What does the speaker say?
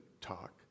talk